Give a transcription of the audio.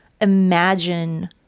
imagine